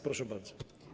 Proszę bardzo.